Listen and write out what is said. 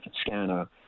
scanner